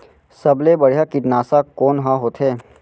सबले बढ़िया कीटनाशक कोन ह होथे?